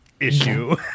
issue